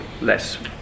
less